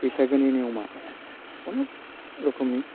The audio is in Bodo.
बैसागोनि नियमआ अनेख रोखोमनि